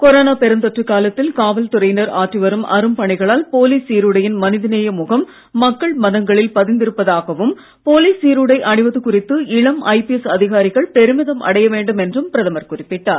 corona பெருந்தொற்றுக் காலத்தில் காவல்துறையினர் ஆற்றி வரும் அரும்பணிகளால் போலீஸ் சீருடையின் மனிதநேய முகம் மக்கள் மனங்களில் பதிந்து இருப்பதாகவும் போலீஸ் சீருடை அணிவது குறித்து இளம் ஐபிஎஸ் அதிகாரிகள் பெருமிதம் அடைய வேண்டுமென்றும் பிரதமர் குறிப்பிட்டார்